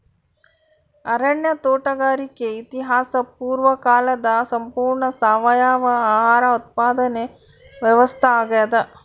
ಅರಣ್ಯ ತೋಟಗಾರಿಕೆ ಇತಿಹಾಸ ಪೂರ್ವಕಾಲದ ಸಂಪೂರ್ಣ ಸಾವಯವ ಆಹಾರ ಉತ್ಪಾದನೆ ವ್ಯವಸ್ಥಾ ಆಗ್ಯಾದ